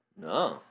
No